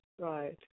Right